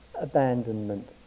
abandonment